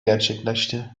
gerçekleşti